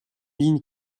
ligne